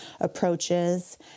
approaches